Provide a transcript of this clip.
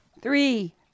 Three